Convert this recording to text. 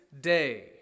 day